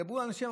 דברו עם אנשים,